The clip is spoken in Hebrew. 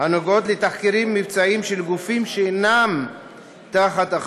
הנוגעות בתחקירים מבצעיים של גופים שאינם באחריותו,